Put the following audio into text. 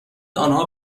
آنها